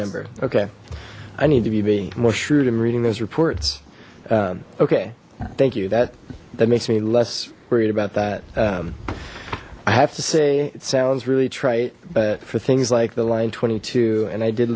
number okay i need to be being more shrewd and reading those reports okay thank you that that makes me less worried about that i have to say it sounds really trite but for things like the line twenty two and i did